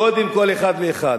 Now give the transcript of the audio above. קודם כול, אחד לאחד.